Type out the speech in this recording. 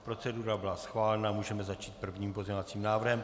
Procedura byla schválena, můžeme začít prvním pozměňovacím návrhem.